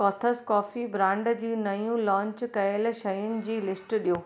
कोथस coffee brand जी नयूं launch कयल शयुनि जी लिस्ट ॾियो